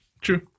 true